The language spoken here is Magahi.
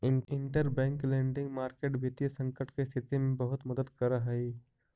इंटरबैंक लेंडिंग मार्केट वित्तीय संकट के स्थिति में बहुत मदद करऽ हइ